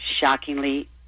shockingly